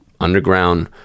underground